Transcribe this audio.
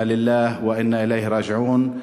אנו שייכים לאל ואליו אנו חוזרים.